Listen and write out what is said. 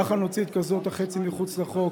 ככה נוציא את קסדות החצי מחוץ לחוק,